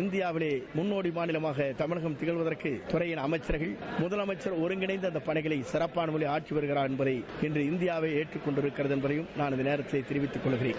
இந்தியாவிலேயே முன்னோடி மாநிலமாக தமிழகம் திகழ்வதற்கு துறையின் அமைச்சர்கள் முதலமைச்சர் ஒருங்கிணைந்து இந்த பணிகளை சிறப்பாளபடி ஆற்றி வருகிறார்கள் என்பதை இன்று இந்தியாவே ஏற்றிக் கொண்டிருக்கிறது என்பதையும் இந்த நேரத்திலே நான் தெரிவித்துக் கொள்கிறேன்